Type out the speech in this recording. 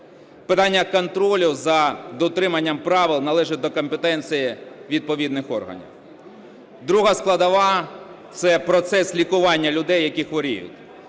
Питання контролю за дотриманням правил належить до компетенції відповідних органів. Друга складова – це процес лікування людей, які хворіють.